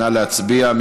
נא להצביע.